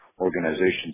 organizations